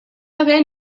haver